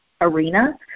arena